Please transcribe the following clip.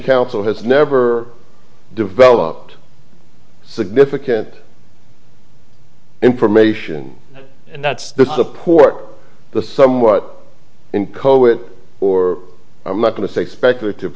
counsel has never developed significant information and that's the support the somewhat in co it or i'm not going to say speculative